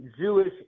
Jewish